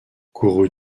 guru